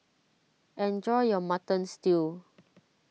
enjoy your Mutton Stew